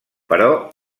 però